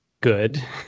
good